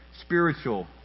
spiritual